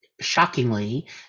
shockingly